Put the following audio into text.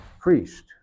priest